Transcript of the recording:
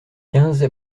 quinze